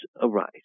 arise